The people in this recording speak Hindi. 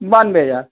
बानबे हजार